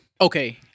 Okay